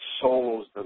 souls